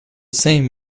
same